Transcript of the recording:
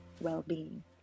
well-being